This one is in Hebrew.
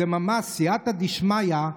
זה ממש סייעתא דשמיא,